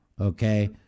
Okay